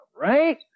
Right